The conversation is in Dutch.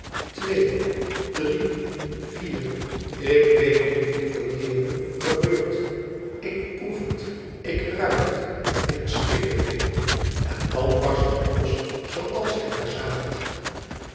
twee drie vier ik weet niet hoeveel keeren gebeurd ik proef het ik ruik het ik stik er in en dan barst het los zooals gij daar zaagt